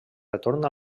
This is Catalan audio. retorna